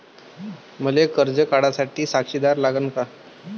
मले कर्ज काढा साठी साक्षीदार लागन का?